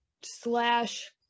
slash